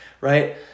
Right